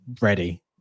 ready